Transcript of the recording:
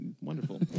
wonderful